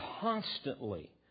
constantly